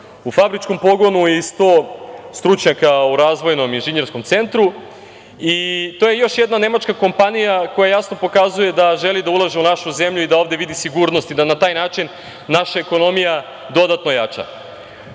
u fabričkom pogonu i 100 stručnjaka u razvojnom inženjerskom centru. To je još jedna nemačka kompanija koja jasno pokazuje da želi da ulaže u našu zemlju i da ovde vidi sigurnost i da na taj način naša ekonomija dodatno